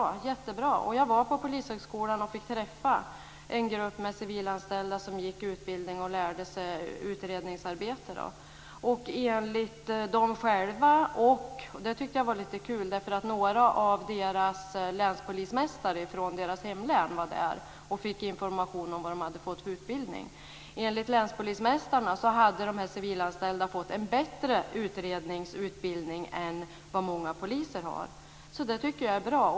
Jag var på Polishögskolan och fick träffa en grupp civilanställda som gick en utbildning och lärde sig utredningsarbete. Några av länspolismästarna från deras hemlän var där och fick information om utbildningen. Enligt länspolismästarna hade de civilanställda fått en bättre utredningsutbildning än vad många poliser har. Det tycker jag är bra.